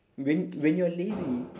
when when you are lazy